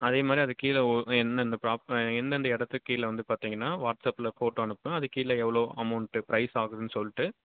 அதே மாதிரி அதுக்கு கீழ எந்தெந்த ப்ராப் எந்தெந்த இடத்துக்கு கீழ வந்து பார்த்தீங்கன்னா வாட்ஸப்பில ஃபோட்டோ அனுப்புகிறேன் அதுக்கு கீழ எவ்வளோ அமௌண்ட்டு ப்ரைஸ் ஆகுதுன்னு சொல்லிட்டு